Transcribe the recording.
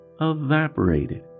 evaporated